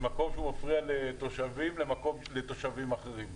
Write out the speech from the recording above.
ממקום שהוא מפריע לתושבים למקום שמפריע לתושבים אחרים.